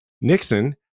Nixon